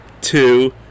two